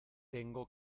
tengo